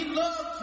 love